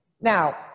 Now